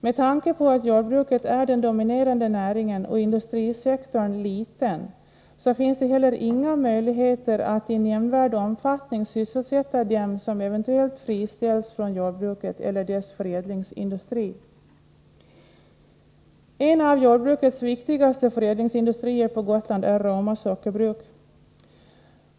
Med tanke på att jordbruket är den dominerande näringen och att industrisektorn är liten finns det heller inga möjligheter att i nämnvärd omfattning sysselsätta dem som eventuellt friställs från jordbruket eller dess förädlingsindustrier. En av jordbrukets viktigaste förädlingsindustrier på Gotland är Roma Sockerbruk.